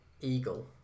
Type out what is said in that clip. eagle